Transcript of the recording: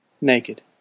naked